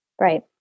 Right